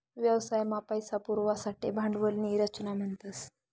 व्यवसाय मा पैसा पुरवासाठे भांडवल नी रचना म्हणतस